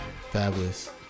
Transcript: Fabulous